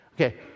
Okay